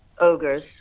ogres